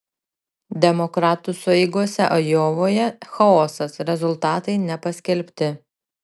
demokratų sueigose ajovoje chaosas rezultatai nepaskelbti